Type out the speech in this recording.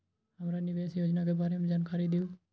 हमरा निवेस योजना के बारे में जानकारी दीउ?